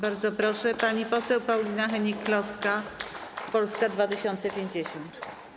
Bardzo proszę, pani poseł Paulina Hennig-Kloska, Polska 2050.